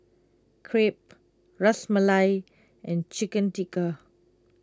Crepe Ras Malai and Chicken Tikka